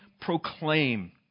proclaim